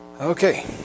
Okay